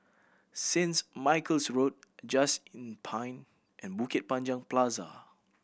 Saints Michael's Road Just Inn Pine and Bukit Panjang Plaza